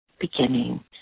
beginning